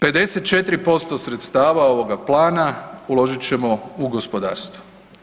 54% sredstava ovoga plana uložit ćemo u gospodarstvo.